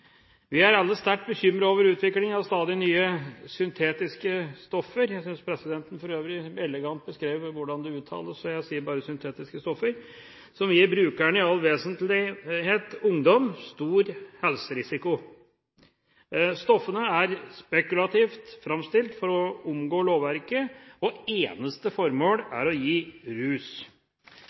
Vi er alle sterkt bekymret over utviklingen av stadig nye syntetiske stoffer. Jeg synes presidenten for øvrig uttalte dem elegant, så jeg sier bare syntetiske stoffer som gir brukerne – i all vesentlighet ungdom – stor helserisiko. Stoffene er spekulativt framstilt for å omgå lovverket, og eneste formål er å gi rus.